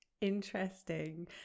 Interesting